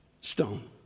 stone